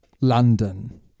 London